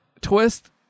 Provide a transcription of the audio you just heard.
twist